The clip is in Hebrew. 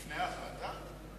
לפני החלטה?